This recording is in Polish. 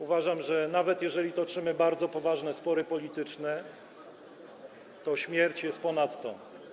Uważam, że nawet jeżeli toczymy bardzo poważne spory polityczne, to śmierć jest ponad to.